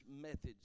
methods